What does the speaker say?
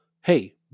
Hey